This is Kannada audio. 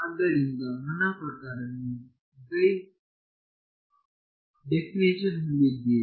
ಆದ್ದರಿಂದ ನನ್ನ ಪ್ರಕಾರ ನೀವು ಡೆಫಿನಿಷನ್ ಹೊಂದಿದ್ದೀರಿ